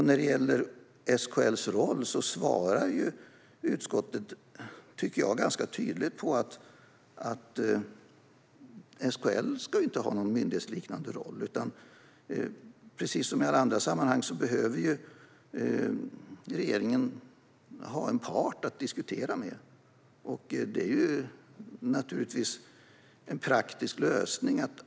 När det gäller SKL:s roll tycker jag att utskottet svarar ganska tydligt att SKL inte ska ha någon myndighetsliknande roll, utan precis som i alla andra sammanhang behöver regeringen ha en part att diskutera med. Det är naturligtvis en praktisk lösning.